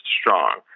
strong